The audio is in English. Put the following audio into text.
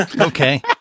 Okay